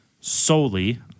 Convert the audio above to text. solely